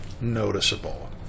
noticeable